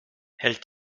hält